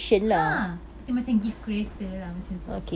ha kita macam gift creator lah macam tu